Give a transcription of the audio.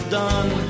done